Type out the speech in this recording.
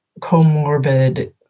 comorbid